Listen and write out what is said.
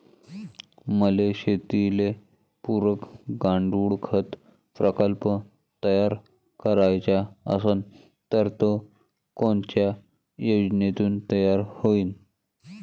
मले शेतीले पुरक गांडूळखत प्रकल्प तयार करायचा असन तर तो कोनच्या योजनेतून तयार होईन?